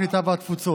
הקליטה והתפוצות,